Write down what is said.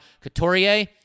Couturier